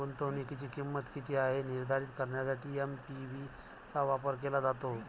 गुंतवणुकीची किंमत किती आहे हे निर्धारित करण्यासाठी एन.पी.वी चा वापर केला जातो